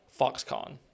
Foxconn